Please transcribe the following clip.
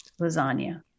Lasagna